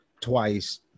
twice